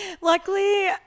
luckily